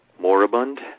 moribund